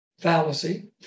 fallacy